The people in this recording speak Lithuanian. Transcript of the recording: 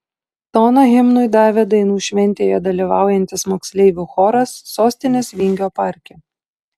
toną himnui davė dainų šventėje dalyvaujantis moksleivių choras sostinės vingio parke